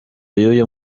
y’uyu